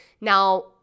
now